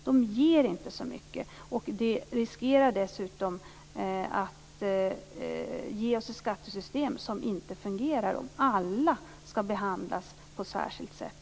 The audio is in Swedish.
De ger inte så mycket, och vi riskerar dessutom att få ett skattesystem som inte fungerar om alla skall behandlas på särskilt sätt.